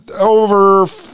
over